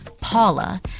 Paula